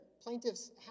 Plaintiffs